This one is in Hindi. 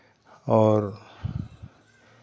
और